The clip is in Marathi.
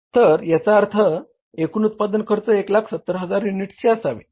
तर याचा याचा अर्थ एकूण उत्पादन खर्च 170000 युनिट्सचे असावे